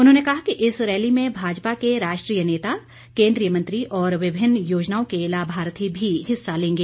उन्होंने कहा कि इस रैली में भाजपा के राष्ट्रीय नेता केन्द्रीयम मंत्री और विभिन्न योजनाओं के लाभार्थी भी हिस्सा लेंगे